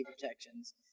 protections